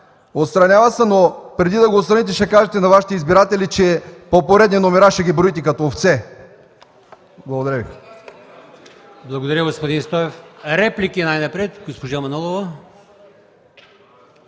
Отстранява се, но преди да го отстраните, ще кажете на Вашите избиратели, че по поредни номера ще ги броите като овце. Благодаря Ви.